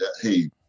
hey